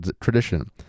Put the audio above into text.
tradition